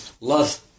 love